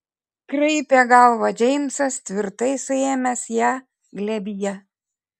kraipė galvą džeimsas tvirtai suėmęs ją glėbyje